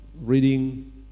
reading